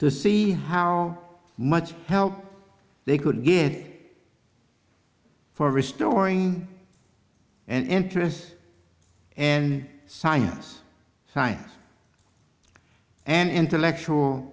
to see how much help they could get for restoring and interests and science science and intellectual